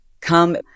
come